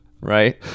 Right